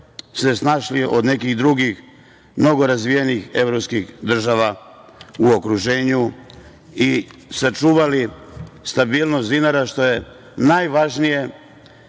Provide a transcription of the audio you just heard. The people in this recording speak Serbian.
se snašli od nekih drugih mnogo razvijenijih evropskih država u okruženju i sačuvali stabilnost dinara, što je najvažnije,